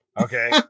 Okay